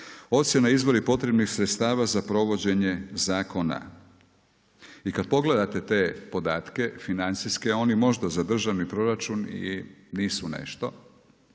ocjena izvori potrebnih sredstava za provođenje zakona. I kada pogledate te podatke, financijske, oni možda zadržani proračun i nisu nešto,